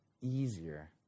easier